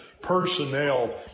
personnel